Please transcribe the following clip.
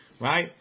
Right